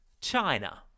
China